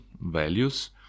values